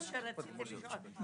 שרציתי לשאול,